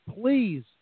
please